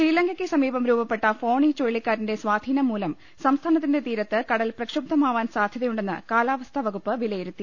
ശ്രീലങ്കയ്ക്ക് സമീപം രൂപപ്പെട്ട ഫോണി ചുഴലിക്കാറ്റിന്റെ സ്വാധീനം മൂലം സംസ്ഥാനത്തിന്റെ തീരത്ത് കടൽ പ്രക്ഷുബ്ധ മാവാൻ സാധ്യതയുണ്ടെന്ന് കാലാവസ്ഥാ വകുപ്പ് വിലയിരുത്തി